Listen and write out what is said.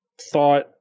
thought